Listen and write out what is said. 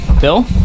Bill